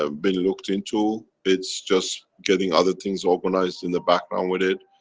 ah been looked into, it's just getting other things organized in the background with it.